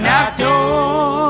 outdoors